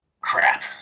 crap